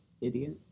Idiot